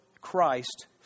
Christ